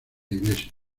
iglesia